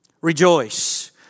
rejoice